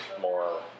more